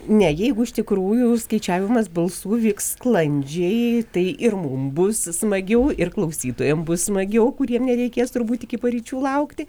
ne jeigu iš tikrųjų skaičiavimas balsų vyks sklandžiai tai ir mum bus smagiau ir klausytojam bus smagiau kuriem nereikės turbūt iki paryčių laukti